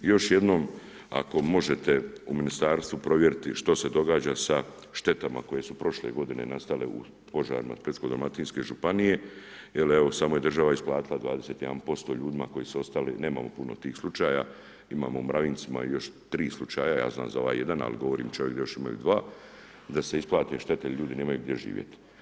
I još jednom ako možete u ministarstvu provjeriti što se događa sa štetama koje su prošle godine nastale u požarima u Splitsko-dalmatinske županije jer evo samo je država isplatila 21% ljudima koji su ostali, nemamo puno tih slučaja, imamo u Mravinjcima i još 3 slučaja, ja znam za ovaj jedan, ali govorim da imaju još 2, da se isplate štete jer ljudi nemaju gdje živjet.